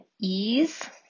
ease